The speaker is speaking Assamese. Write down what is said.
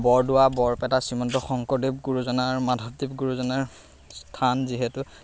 বৰদোৱা বৰপেটা শ্ৰীমন্ত শংকৰদেৱ গুৰুজনাৰ মাধৱদেৱ গুৰুজনাৰ স্থান যিহেতু